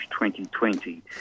2020